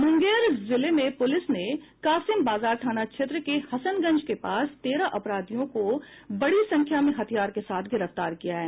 मुंगेर जिले में पुलिस ने कासिम बाजार थाना क्षेत्र के हसनगंज के पास तेरह अपराधियों को बड़ी संख्या में हथियार के साथ गिरफ्तार किया है